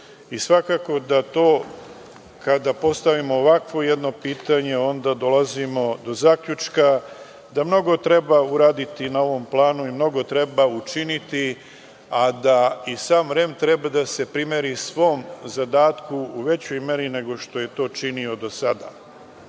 i svakako da to kada postavimo ovakvo jedno pitanje dolazimo do zaključka da mnogo treba uraditi na ovom planu i mnogo treba učiniti, a da i sam REM treba da se primeri svom zadatku u većoj meri nego što je to činio do